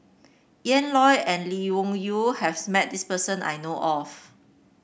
Ian Loy and Lee Wung Yew has met this person I know of